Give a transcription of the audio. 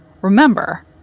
Remember